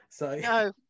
No